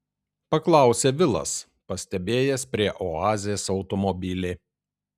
paklausė vilas pastebėjęs prie oazės automobilį